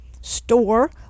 store